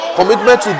commitment